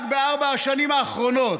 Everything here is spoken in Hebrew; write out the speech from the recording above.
רק בארבע השנים האחרונות,